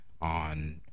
on